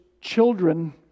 children